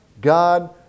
God